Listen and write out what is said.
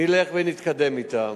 נלך ותקדם אתם.